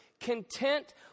content